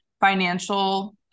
financial